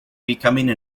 becoming